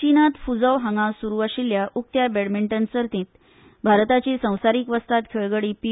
चीनात फूझौ हांगा सूरू आशिल्ल्या उक्त्या बॅडमिंटन सर्तीत भारताची संवसारीक वस्ताद खेळगडे पी